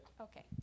Okay